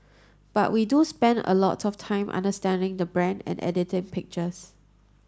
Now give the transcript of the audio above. but we do spend a lot of time understanding the brand and editing pictures